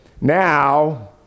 now